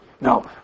No